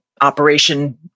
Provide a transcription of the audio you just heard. Operation